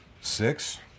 six